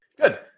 Good